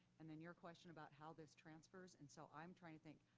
and then your question about how this transfers and so i'm trying to think,